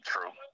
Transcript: True